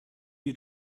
you